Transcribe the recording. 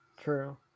True